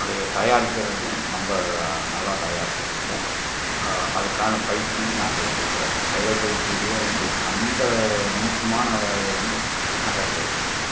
அதை தயாரிக்கிறதும் நம்ம நல்லா தயாரிச்சுருக்கு அதுக்கான பயிற்சியும் நாங்கள் எடுத்துருக்கிறேன் தையல் பயிற்சிகளையே வந்து அந்த நுணுக்கமான வேலையை வந்து நான் கற்று வச்சிருக்கிறேன்